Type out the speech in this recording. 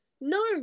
no